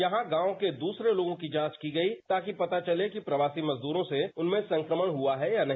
यहां गांव के दूसरे लोगों की जांच की गई ताकि पता चले कि प्रवासी मजदूरों से उनमें संक्रमण हुआ है या नहीं